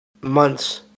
months